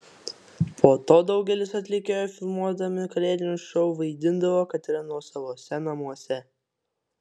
po to daugelis atlikėjų filmuodami kalėdinius šou vaidindavo kad yra nuosavose namuose